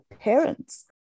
parents